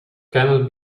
cannot